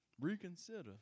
Reconsider